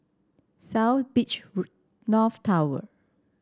South Beach North Tower